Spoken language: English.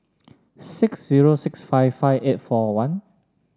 six zero six five five eight four one